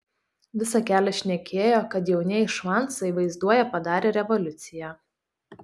visą kelią šnekėjo kad jaunieji švancai vaizduoja padarę revoliuciją